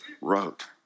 wrote